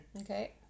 Okay